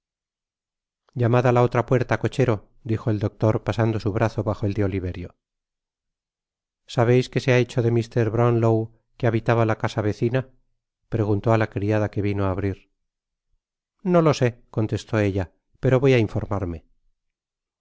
llamad á la otra puerta cochero dijo el doctor pasando su brazo bajo el de oliverio sabéis que se ha hecho de mr bronwlow que habitaba la casa vecina preguntó á la criada que vino á abrir no lo sé contestó éstapero voy á informarme